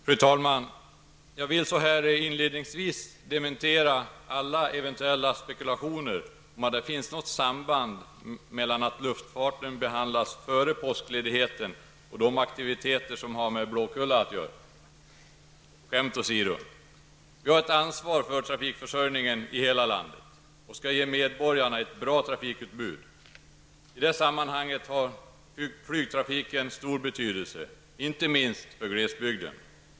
Fru talman! Jag vill inledningsvis dementera alla eventuella spekulationer om att det finns något samband mellan att luftfarten behandlas före påskledigheten och de aktiviteter som har med Blåkulla att göra. Skämt å sido, vi har ett ansvar för trafikförsörjningen i hela landet och skall ge medborgarna ett bra trafikutbud. I det sammanhanget har flygtrafiken stor betydelse, inte minst för glesbygden.